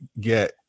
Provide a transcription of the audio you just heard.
get